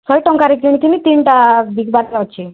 ଶହେ ଟଙ୍କାରେ କିଣିଥିନି ତିନିଟା ବିକିବାର ଅଛି